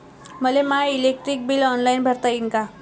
मले my electric bill online भरता येईन का?